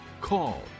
call